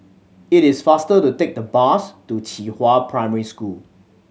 it is faster to take the bus to Qihua Primary School